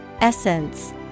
Essence